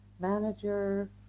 manager